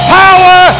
power